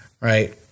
right